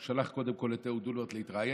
הוא שלח קודם כול את אהוד אולמרט להתראיין,